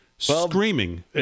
Screaming